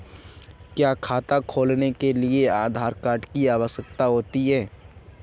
क्या खाता खोलने के लिए आधार कार्ड की आवश्यकता होती है?